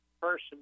person